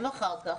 הם אחר כך,